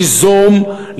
ליזום,